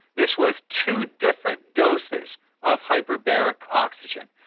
this was two different doses of hyperbaric oxygen,